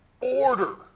order